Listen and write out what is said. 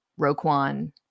Roquan